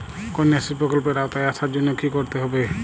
কন্যাশ্রী প্রকল্পের আওতায় আসার জন্য কী করতে হবে?